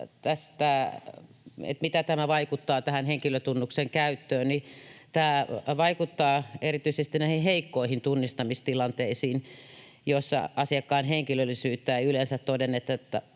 että mitä tämä vaikuttaa henkilötunnuksen käyttöön. Tämä vaikuttaa erityisesti näihin heikkoihin tunnistamistilanteisiin, joissa asiakkaan henkilöllisyyttä ei yleensä todenneta